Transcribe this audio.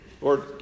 Lord